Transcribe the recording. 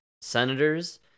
senators